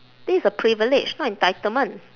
this is a privilege not entitlement